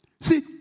See